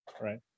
right